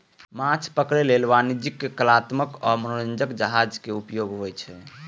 माछ पकड़ै लेल वाणिज्यिक, कलात्मक आ मनोरंजक जहाज के उपयोग होइ छै